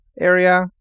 area